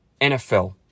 NFL